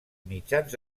mitjans